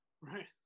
Right